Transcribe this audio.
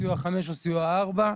סיור 5 או סיוע 4,